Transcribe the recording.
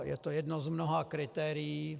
Je to jedno z mnoha kritérií.